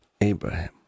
Abraham